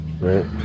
right